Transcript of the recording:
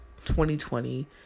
2020